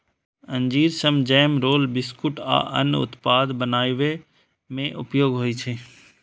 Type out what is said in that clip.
अंजीर सं jam, roll, biscuit आ अन्य उत्पाद बनाबै मे उपयोग होइ छै